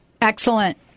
Excellent